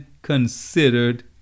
considered